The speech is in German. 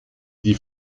die